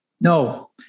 No